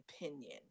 opinion